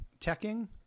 teching